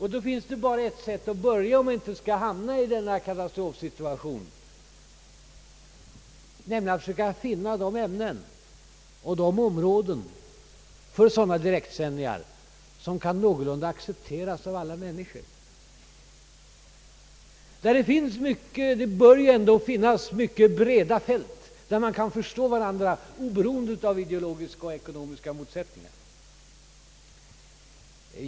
Det finns bara ett sätt att börja, om vi inte skall hamna i nedrustningsförhandlingarnas dilemma, nämligen att försöka finna de ämnen och områden för sådana här direktsändningar som någorlunda kan accepteras av alla människor. Det bör ändå finns mycket breda fält, där man kan förstå varandra, oberoende av ideologiska och ekonomiska motsättningar.